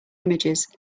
images